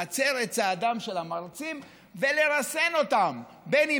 להצר את צעדם של המרצים ולרסן אותם בין אם